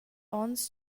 ons